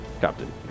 Captain